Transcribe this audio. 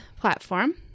platform